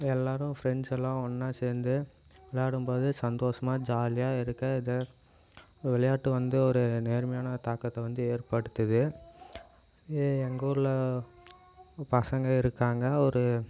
எல்லாரும் ஃப்ரெண்ட்ஸ்ஸெல்லாம் ஒன்னாக சேர்த்து விளாடும்போது சந்தோசமாக ஜாலியாக இருக்க இதை விளாட்ட வந்து ஒரு நேர்மையான தாக்கத்தை வந்து ஏற்படுத்துது இதே எங்கூரில் பசங்க இருக்காங்க ஒரு